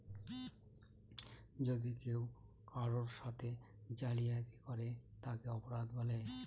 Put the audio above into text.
যদি কেউ কারোর সাথে জালিয়াতি করে তাকে অপরাধ বলে